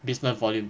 business volume